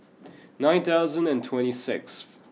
nine thousand and twenty sixth